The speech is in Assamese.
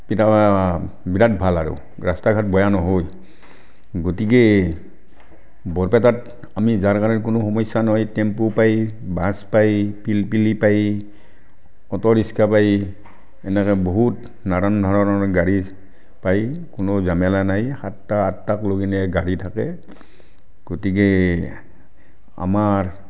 কেতিয়াবা বিৰাট ভাল আৰু ৰাস্তা ঘাট বেয়া নহয় গতিকে বৰপেটাত আমি যাৰ কাৰণে কোনো সমস্যা নহয় টেম্পো পায় বাছ পায় পিলপিলি পায় অট' ৰিস্কা পায় এনেকৈ বহুত নানান ধৰণৰ গাড়ী পায় কোনো ঝামেলা নাই সাতটা আঠটাকলৈ কিনে গাড়ী থাকে গতিকে আমাৰ